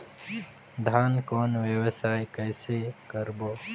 धान कौन व्यवसाय कइसे करबो?